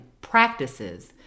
practices